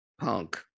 Punk